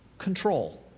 control